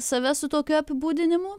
save su tokiu apibūdinimu